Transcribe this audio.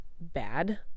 bad